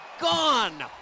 gone